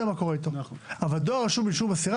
מה קורה איתו אבל דואר רשום עם אישור מסירה,